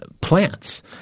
plants